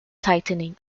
tightening